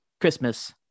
christmas